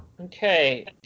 Okay